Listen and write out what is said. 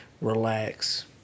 relax